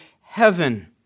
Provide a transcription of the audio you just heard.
heaven